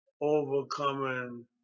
overcoming